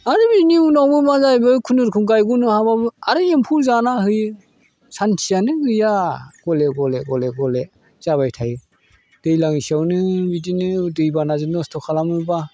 आरो बिनि उनावबो मा जाहैबाय खुनुरुखुम गायगनो हाब्लाबो आरो एम्फौ जानानै होयो सान्थियानो गैया गले गले गले जाबाय थायो दैज्लांसेयावनो बिदिनो दैबानाजों नस्थ' खालामोब्ला